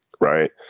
right